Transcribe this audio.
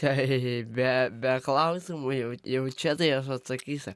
tai be be klausimų jau jau čia tai aš atsakysiu